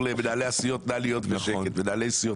למנהלי הסיעות להיות בשקט "מנהלי בסיעות,